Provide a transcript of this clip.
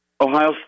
Ohio